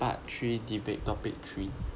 part three debate topic three